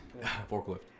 Forklift